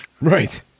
Right